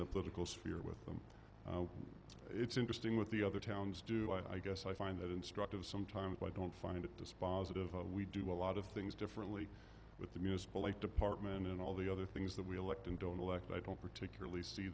the political sphere with them it's interesting with the other towns do i guess i find that instructive sometimes i don't find it dispositive we do a lot of things differently with the municipal like department in all the other things that we elect and don't elect i don't particularly see